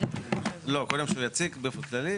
לא, קודם שהוא יציג באופן כללי.